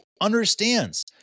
understands